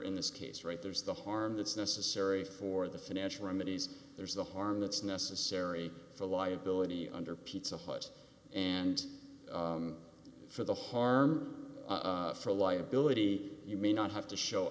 in this case right there's the harm that's necessary for the financial remedies there's the harm that's necessary the liability under pizza hut's and for the harm for liability you may not have to show